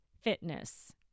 fitness